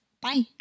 bye